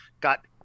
got